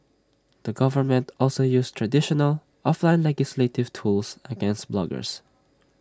the government also used traditional offline legislative tools against bloggers